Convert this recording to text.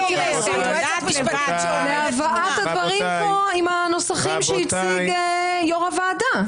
------ עם הנוסחים שהציג יושב-ראש הוועדה.